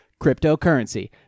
cryptocurrency